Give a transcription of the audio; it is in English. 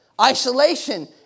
isolation